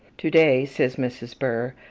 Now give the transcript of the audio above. to-day, says mrs. burr,